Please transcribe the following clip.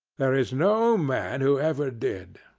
there is no man who ever did.